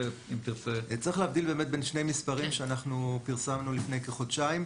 צריך להבדיל בין שני מספרים שאנחנו פרסמנו לפני כחודשיים: